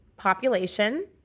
population